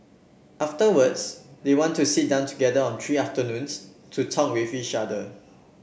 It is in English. afterwards they want to sit down together on three afternoons to talk with each other